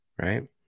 Right